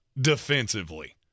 Defensively